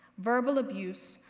verbal abuse,